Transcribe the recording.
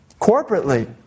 Corporately